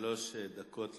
שלוש דקות לאדוני.